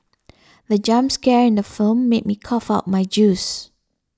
the jump scare in the firm made me cough out my juice